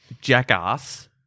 Jackass